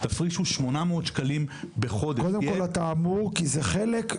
תפרישו 800 ₪ בחודש --- אתה אמור, כי זה חלק.